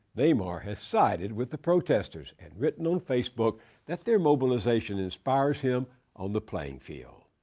neymar has sided with the protesters and written on facebook that their mobilization inspires him on the playing field.